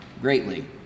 greatly